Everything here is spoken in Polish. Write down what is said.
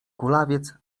kulawiec